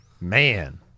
Man